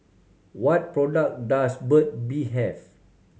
what product does Burt Bee have